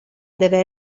deve